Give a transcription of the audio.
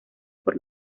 por